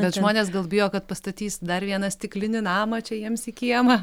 bet žmonės gal bijo kad pastatys dar vieną stiklinį namą čia jiems į kiemą